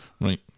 right